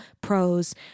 pros